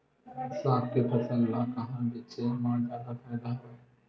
साग के फसल ल कहां बेचे म जादा फ़ायदा हवय?